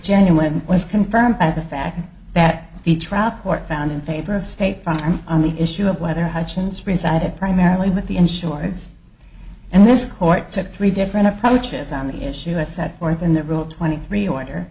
genuine was confirmed by the fact that the trial court found in favor of state farm on the issue of whether hutchence resided primarily with the insurance and this court took three different approaches on the issue i set forth in the rule twenty three order